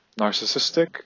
narcissistic